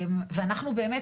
ואנחנו באמת,